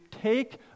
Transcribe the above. Take